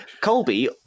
Colby